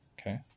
Okay